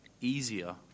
easier